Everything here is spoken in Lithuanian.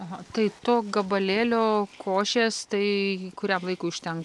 aha tai to gabalėlio košės tai kuriam laikui užtenka